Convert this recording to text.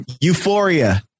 Euphoria